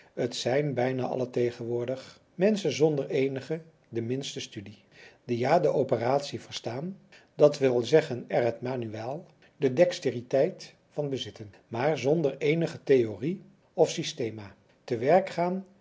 het zijn bijna alle tegenwoordig menschen zonder eenige de minste studie die ja de operatie verstaan dat wil zeggen er het manuaal de dexteriteit van bezitten maar zonder eenige theorie of systema te werk gaan